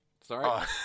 Sorry